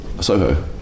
Soho